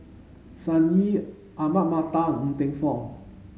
Sun Yee Ahmad Mattar Ng Teng Fong